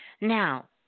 Now